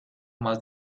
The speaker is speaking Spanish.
más